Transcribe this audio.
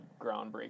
groundbreaking